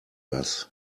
was